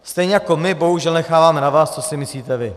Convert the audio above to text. Stejně jako my bohužel necháváme na vás, co si myslíte vy.